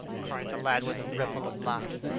cried the lad, with a ripple of laughter.